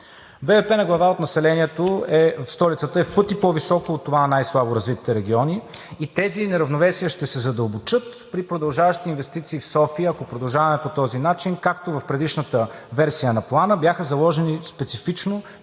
БВП на глава от населението в столицата е в пъти по високо от това на най-слабо развитите региони и тези неравновесия ще се задълбочат при продължаващи инвестиции в София, ако продължаваме по този начин. В предишната версия на Плана бяха заложени специфично